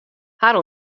har